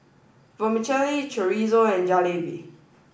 Vermicelli Chorizo and Jalebi